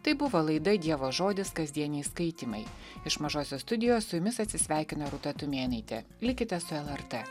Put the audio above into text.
tai buvo laida dievo žodis kasdieniai skaitymai iš mažosios studijos su jumis atsisveikina rūta tumėnaitė likite su lrt